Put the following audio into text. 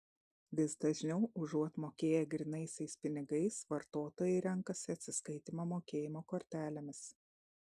vis dažniau užuot mokėję grynaisiais pinigais vartotojai renkasi atsiskaitymą mokėjimo kortelėmis